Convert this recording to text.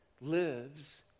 lives